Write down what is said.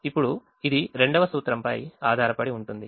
ఇప్పుడు అది రెండవ సూత్రం పై ఆధారపడింది